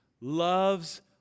loves